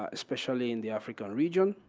ah especially in the african region,